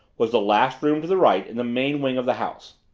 was the last room to the right in the main wing of the house.